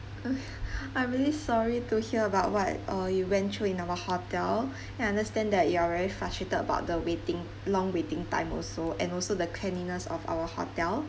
I'm really sorry to hear about what uh you went through in our hotel I understand that you're very frustrated about the waiting long waiting time also and also the cleanliness of our hotel